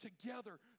together